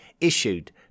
issued